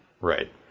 right